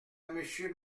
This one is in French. monsieur